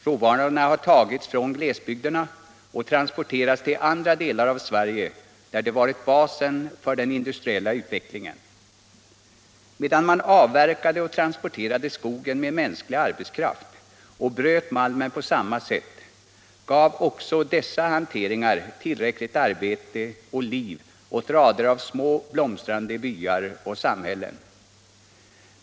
Råvarorna har tagits från glesbygderna och transporterats till andra delar av Sverige där de varit basen för den industriella utvecklingen. Medan man avverkade och transporterade skogen med mänsklig arbetskraft och bröt malmen på samma sätt gav också dessa hanteringar tillräckligt arbete och liv åt rader av små, blomstrande byar och samhällen.